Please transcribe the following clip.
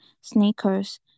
sneakers